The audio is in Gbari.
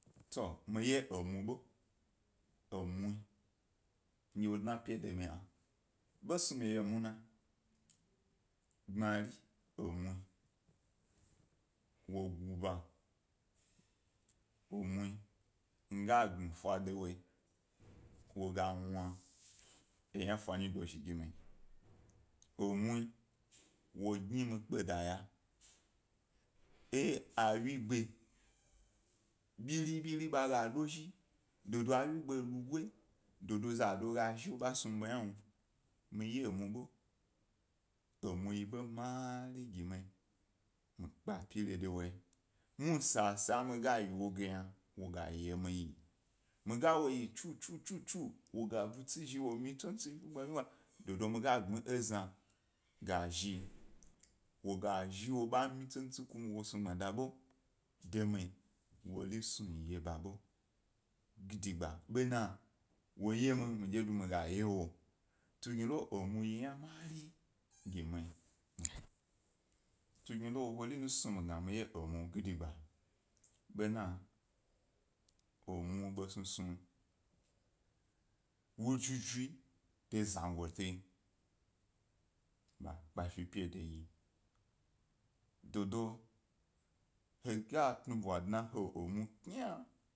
To mi ye emue ḃo, emu ndye wo dna pyi de mi yna, ḃe snu mi ye emu na gbmari emue wo gnuba, emue miga gbmi efa dewoyi wo ga wna eyna fa nyi dozhi gi mi, emue wo gi mi kpeda ya, e a wyigbe biri biri ḃa ga dozhi, do do a wygbe luguyi dodo zado ga zhi wo ḃe snu mi ḃo yna wnu, mi ya emue se emue aye yna mari gi mi, mikpa pyire dewo, muhni sa mi ga ye wo ge yna wo ye mi yi, mi ga wo yi tsutus tsu tsu, wo gab u tsi zhi roo myi tsintsi vigbma vigbma, dodo mi ga gbmi ezna ga zhi wo ga zhi wo ba myi tsintsi ku mi wo snu gbmada ḃo de mi. wori snu mi ye ḃa ḃo gidigba bena wo ye mi, mi dye du mi ga ye wo. Tugnilo emue yi yna mari yi mi, tugni lo wori nu snu gna mi ye emue gidigba, bena emue ḃo snusnu wu juju de zangoti ḃe kpe fi pyi de yi. Dodo he ga tna bwa dna he mue kyee.